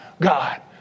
God